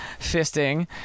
fisting